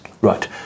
Right